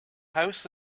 house